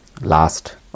last